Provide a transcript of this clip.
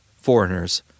foreigners